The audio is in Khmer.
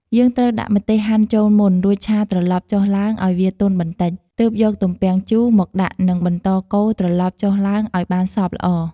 យើងត្រូវដាក់ម្ទេសហាន់ចូលមុន រួចឆាត្រឡប់ចុះឡើងឱ្យវាទន់បន្តិច ទើបយកទំពាំងជូរមកដាក់ និងបន្តកូរត្រឡប់ចុះឡើងឱ្យបានសព្វល្អ។